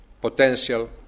potential